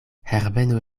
herbeno